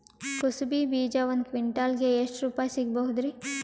ಕುಸಬಿ ಬೀಜ ಒಂದ್ ಕ್ವಿಂಟಾಲ್ ಗೆ ಎಷ್ಟುರುಪಾಯಿ ಸಿಗಬಹುದುರೀ?